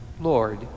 Lord